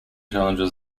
challenges